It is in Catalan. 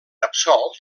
absolt